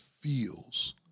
feels